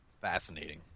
Fascinating